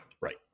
Right